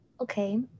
Okay